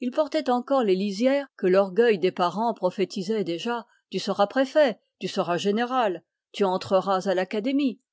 il portait encore les lisières que l'orgueil des parents prophétisait déjà tu seras préfet tu seras général tu entreras à